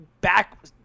back